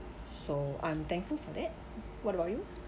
so I'm thankful for that what about you